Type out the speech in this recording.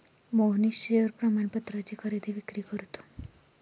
Mohnish share प्रमाणपत्राची खरेदी विक्री करतो